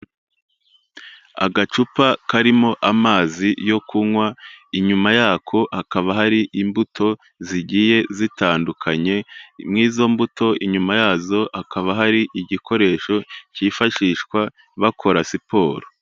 Agacupa karimo amazi yo kunywa, inyuma yako hakaba hari imbuto zigiye zitandukanye, muri izo mbuto inyuma yazo hakaba hari igikoresho cyifashishwa bakora siporo.